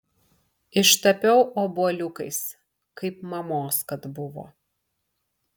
ištapiau obuoliukais kaip mamos kad buvo